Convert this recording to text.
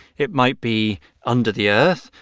it might be under the earth.